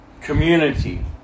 community